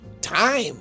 time